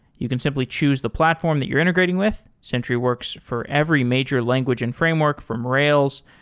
you can simply choose the platform that you're integrating with. sentry works for every major language and framework, from rails,